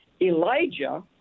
Elijah